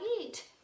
eat